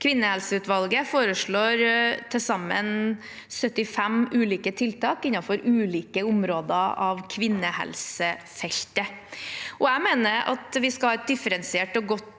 Kvinnehelseutvalget foreslår til sammen 75 ulike tiltak innenfor ulike områder av kvinnehelsefeltet. Jeg mener at vi skal ha et differensiert og godt